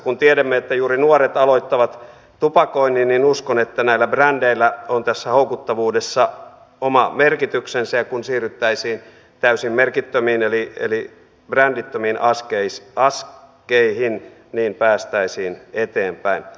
kun tiedämme että juuri nuoret aloittavat tupakoinnin niin uskon että brändeillä on houkuttavuudessa oma merkityksensä ja kun siirryttäisiin täysin merkittömiin eli brändittömiin askeihin niin päästäisiin eteenpäin